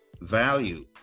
Value